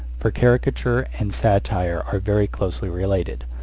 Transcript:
for caricature and satire are very closely related,